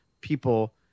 people